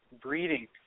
breeding